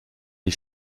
die